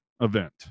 event